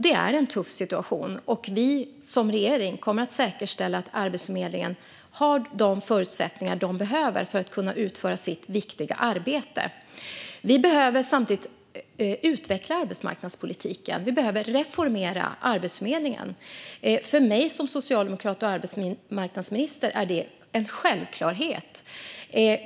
Det är en tuff situation, och vi som regering kommer att säkerställa att Arbetsförmedlingen har de förutsättningar den behöver för att kunna utföra sitt viktiga arbete. Vi behöver samtidigt utveckla arbetsmarknadspolitiken och reformera Arbetsförmedlingen. För mig som socialdemokrat och arbetsmarknadsminister är det en självklarhet.